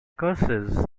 curses